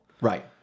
right